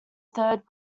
third